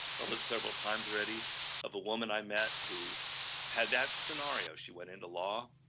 told it several times already of a woman i met who had that scenario. she went into law,